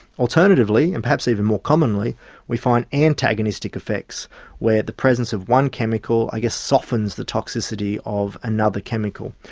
alternatively and perhaps even more commonly we find antagonistic effects where the presence of one chemical i guess softens the toxicity of another chemical.